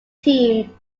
team